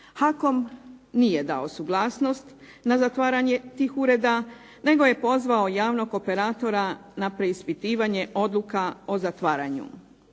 HAKOM nije dao suglasnost na zatvaranje tih ureda, nego je pozvao javnog operatora na preispitivanje odluka o zatvaranju.